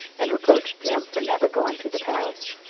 and reproached them for never going to the palace.